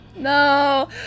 No